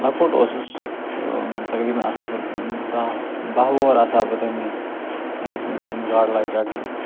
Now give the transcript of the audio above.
لۄکُٹ اوسُس تقریباً آسہٕ ہا بہٕ دَہ بَہہ وُہَر آسہٕ ہا بہٕ تَمہِ وِزِ ییٚمہِ وِزِ مےٚ گۄڈٕنٮ۪تھ گاڈٕ لاجہٕ رَٹنہِ